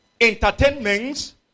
entertainments